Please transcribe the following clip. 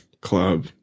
club